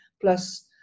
plus